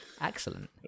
Excellent